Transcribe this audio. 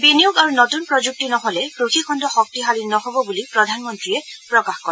বিনিয়োগ আৰু নতুন প্ৰযুক্তি নহলে কৃষি খণ্ড শক্তিশালী নহব বুলি প্ৰধানমন্ত্ৰীয়ে প্ৰকাশ কৰে